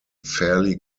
fairly